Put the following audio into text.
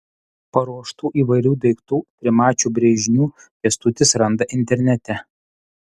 paruoštų įvairių daiktų trimačių brėžinių kęstutis randa internete